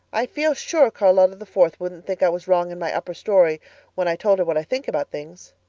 i feel sure charlotta the fourth wouldn't think i was wrong in my upper story when i told her what i think about things.